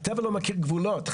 הטבע לא מכיר גבולות.